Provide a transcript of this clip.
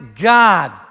God